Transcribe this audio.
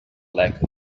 lack